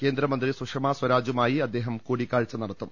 കേന്ദ്രമന്ത്രി സുഷമാസ്വരാജുമായി അദ്ദേഹം കൂടിക്കാഴ്ച നട ത്തും